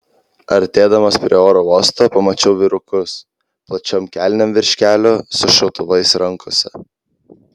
artėdamas prie oro uosto pamačiau vyrukus plačiom kelnėm virš kelių su šautuvais rankose